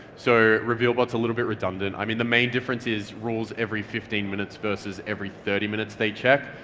so revealbot a little bit redundant. i mean the main difference is rules every fifteen minutes versus every thirty minutes they check.